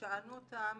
שאלנו אותם